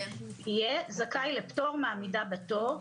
יהיה זכאי לפטור מעמידה בתור,